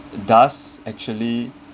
it does actually